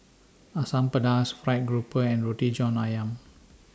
Asam Pedas Fried Grouper and Roti John Ayam